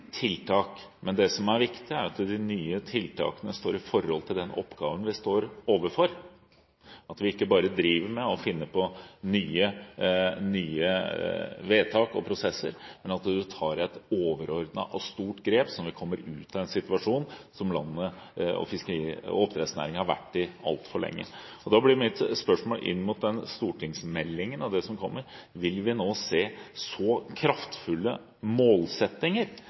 tiltak, men det som er viktig, er at de nye tiltakene står i forhold til den oppgaven vi står overfor, og at vi ikke bare driver og finner på nye vedtak og prosesser. Vi må ta et overordnet og stort grep så vi kommer ut av en situasjon som landet og oppdrettsnæringen har vært i altfor lenge. Da blir mitt spørsmål, inn mot den stortingsmeldingen og det som kommer: Vil vi nå se så kraftfulle målsettinger